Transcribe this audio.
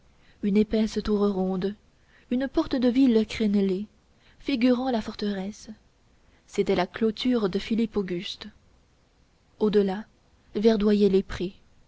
une épaisse tour ronde une porte de ville crénelée figurant la forteresse c'était la clôture de philippe auguste au delà verdoyaient les prés